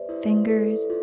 Fingers